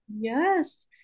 yes